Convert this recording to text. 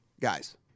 guys